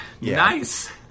nice